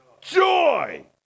joy